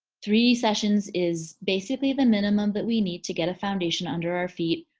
three sessions is basically the minimum that we need to get a foundation under our feet.